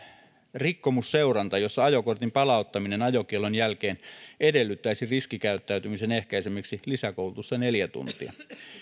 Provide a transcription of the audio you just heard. rikkomusseuranta jossa ajokortin palauttaminen ajokiellon jälkeen edellyttäisi riskikäyttäytymisen ehkäisemiseksi lisäkoulutusta neljä tuntia